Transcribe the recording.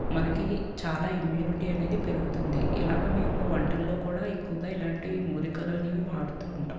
మనకి చాలా ఇమ్మ్యూనిటీ అనేది పెరుగుతుంది ఇలాగా మేము వంటల్లో కూడా ఎక్కువగా ఇలాంటి మూలికలు అనేవి వాడుతు ఉంటాం